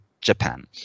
Japan